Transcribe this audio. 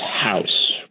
house